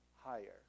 higher